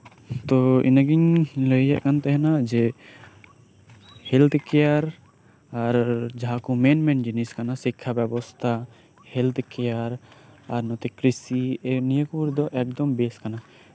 ᱛᱳ ᱤᱱᱟᱹᱜᱤᱧ ᱞᱟᱹᱭᱭᱮᱫ ᱛᱟᱸᱦᱮᱱᱟ ᱡᱮ ᱦᱮᱞᱛᱷ ᱠᱮᱭᱟᱨ ᱥᱮ ᱡᱟᱸᱦᱟ ᱠᱚ ᱢᱮᱱ ᱢᱮᱱ ᱡᱤᱱᱤᱥ ᱠᱟᱱᱟ ᱥᱤᱠᱷᱟ ᱵᱮᱵᱚᱥᱛᱷᱟ ᱦᱮᱞᱛᱷ ᱠᱮᱭᱟᱨ ᱠᱨᱤᱥᱤ ᱱᱤᱭᱟᱹ ᱠᱚ ᱵᱟᱨᱮ ᱫᱚ ᱮᱠᱫᱚᱢ ᱵᱮᱥ ᱠᱟᱱᱟ